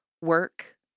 work